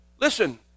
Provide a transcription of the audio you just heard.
Listen